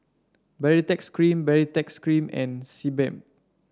Baritex Cream Baritex Cream and Sebamed